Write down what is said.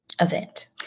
event